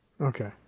Okay